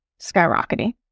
skyrocketing